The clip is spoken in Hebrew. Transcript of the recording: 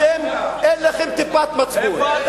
אתם, אין לכם טיפת מצפון.